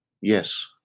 yes